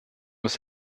was